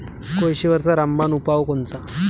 कोळशीवरचा रामबान उपाव कोनचा?